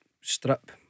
strip